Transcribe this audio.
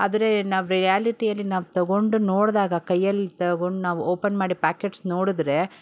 ಆದರೆ ನಾವು ರಿಯಾಲಿಟಿಯಲ್ಲಿ ನಾವು ತಗೊಂಡು ನೋಡಿದಾಗ ಕೈಯಲ್ಲಿ ತಗೊಂಡು ನಾವು ಓಪನ್ ಮಾಡಿ ಪ್ಯಾಕೆಟ್ಸ್ ನೋಡಿದ್ರೆ